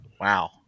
Wow